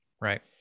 Right